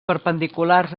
perpendiculars